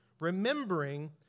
remembering